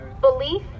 belief